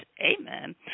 Amen